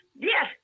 Yes